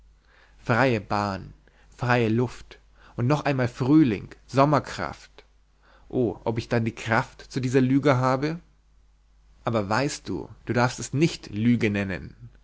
freie bahn freie luft und noch einmal frühling sommerkraft oh ob ich dann die kraft zu dieser lüge habe aber weißt du du darfst es nicht lüge nennen